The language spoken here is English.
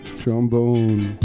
trombone